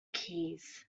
keys